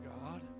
God